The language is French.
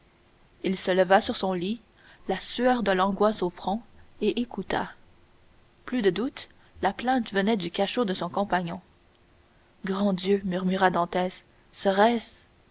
il se leva sur son lit la sueur de l'angoisse au front et écouta plus de doute la plainte venait du cachot de son compagnon grand dieu murmura dantès serait-ce